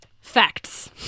facts